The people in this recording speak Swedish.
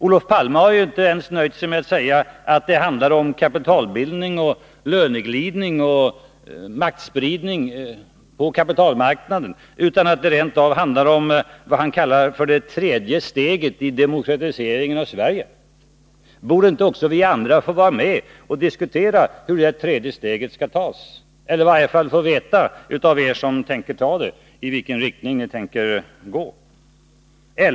Olof Palme har inte ens nöjt sig med att säga att det handlar om kapitalbildning, löneglidning och maktspridning på kapitalmarknaden, utan att det rent av handlar om det han kallar för det tredje steget i demokratiseringen av Sverige. Borde inte också vi andra få vara med och diskutera hur det tredje steget skall tas eller i varje fall få veta av er som tänker ta det i vilken riktning ni tänker gå?